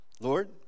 Lord